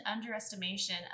underestimation